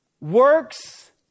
Works